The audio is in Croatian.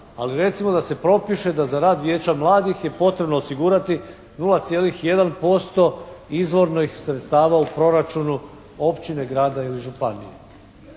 ali recimo da se propiše da za rad vijeća mladih je potrebno osigurati 0,1% izvornih sredstava u proračunu općine, grada ili županije.